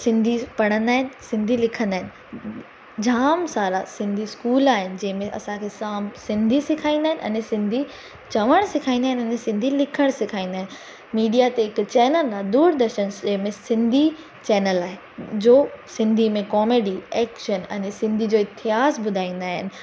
सिंधी पढ़ंदा आहिनि सिंधी लिखंदा आहिनि जाम सारा सिंधी स्कूल आहिनि जंहिंमे असांखे जाम सिंधी सेखारींदा आहिनि अने सिंधी चवणु सेखारींदा आहिनि अने सिंधी लिखणु सेखारींदा आहिनि मिडिया ते हिकु चैनल आहे दुरदर्शन जंहिंमें सिंधी चैनल आहे जो सिंधी में कॉमेडी ऐक्शन अने सिंधी जो इतिहासु ॿुधाईंदा आहिनि